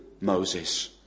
Moses